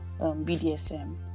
BDSM